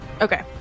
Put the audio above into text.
Okay